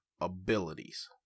abilities